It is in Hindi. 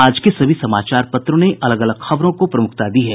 आज के सभी समाचार पत्रों ने अलग अलग खबरों को प्रमुखता दी है